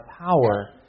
power